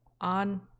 on